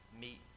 meet